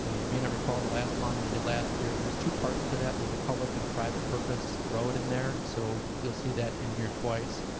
ah you may not recall the last bonding we did last year. there's two parts to that. there's a public and a private purpose road in there. so you'll see that in here twice.